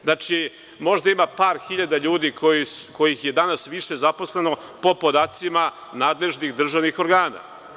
Znači, možda ima par hiljada ljudi kojih je danas više zaposleno po podacima nadležnih državnih organa.